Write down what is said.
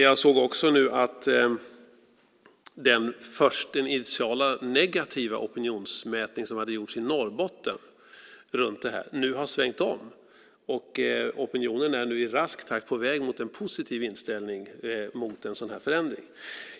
Jag såg också att den initiala negativa opinionsmätning som hade gjorts i Norrbotten angående detta nu har svängt om. Opinionen är nu i rask takt på väg mot en positiv inställning till en sådan här förändring.